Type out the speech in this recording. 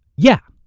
yeah.